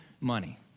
money